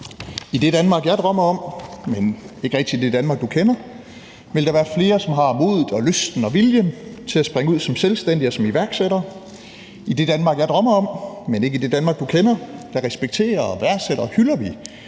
I det Danmark, jeg drømmer om, men ikke rigtig det Danmark, du kender, vil der være flere, som har modet og lysten og viljen til at springe ud som selvstændig og som iværksætter. I det Danmark, jeg drømmer om, men ikke i det Danmark, du kender, respekterer og værdsætter og hylder vi